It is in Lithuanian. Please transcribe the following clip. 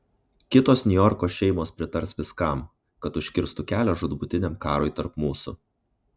kitos niujorko šeimos pritars viskam kad užkirstų kelią žūtbūtiniam karui tarp mūsų